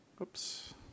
Oops